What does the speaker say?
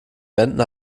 wänden